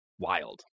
wild